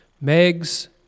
Meg's